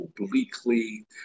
obliquely